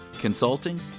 consulting